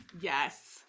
Yes